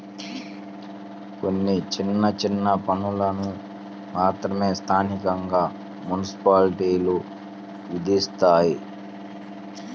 కొన్ని చిన్న చిన్న పన్నులను మాత్రమే స్థానికంగా మున్సిపాలిటీలు విధిస్తాయి